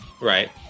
Right